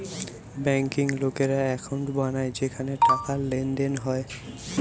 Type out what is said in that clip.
বেঙ্কে লোকেরা একাউন্ট বানায় যেখানে টাকার লেনদেন হয়